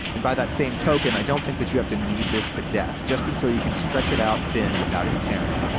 and by that same token, i don't think you have to knead this to death. just until you can stretch it out thin without it tearing.